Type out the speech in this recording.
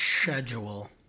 schedule